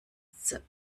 nase